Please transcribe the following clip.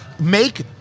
Make